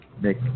make